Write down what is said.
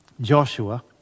Joshua